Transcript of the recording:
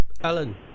Alan